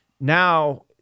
now